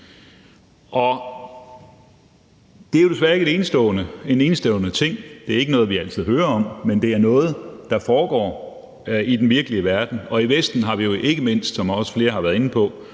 Det er jo desværre ikke en enestående ting, det er ikke noget, vi altid hører om, men det er noget, der foregår i den virkelige verden, og i Vesten har vi jo ikke mindst, som flere også har været inde på,